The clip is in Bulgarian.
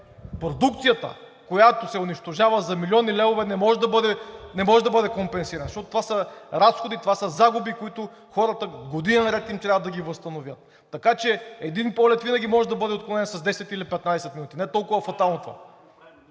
продукцията, която се унищожава за милиони левове, не може да бъде компенсирана, защото това са разходи, това са загуби, за които на хората им трябват години наред, за да ги възстановят. Така че един полет винаги може да бъде отклонен с 10 или 15 минути – това не е толкова